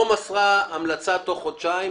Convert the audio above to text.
לא מסרה המלצה תוך חודשיים,